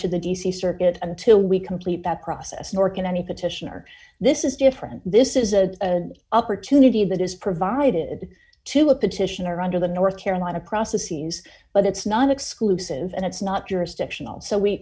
to the d c circuit until we complete that process nor can any petitioner this is different this is a opportunity that is provided to a petitioner under the north carolina across the seas but it's non exclusive and it's not jurisdictional so we